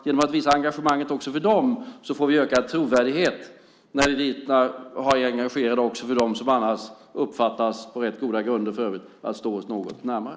Genom att visa engagemang också för dem får vi ökad trovärdighet när vi är engagerade i dem som annars, på rätt goda grunder, uppfattas stå oss något närmare.